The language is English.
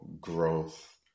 growth